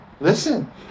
listen